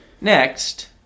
Next